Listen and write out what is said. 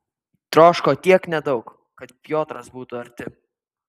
troško tiek nedaug kad piotras būtų arti